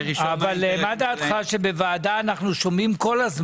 מה דעתך שבוועדה אנחנו שומעים כל הזמן גם אחרים?